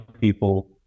people